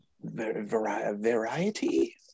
variety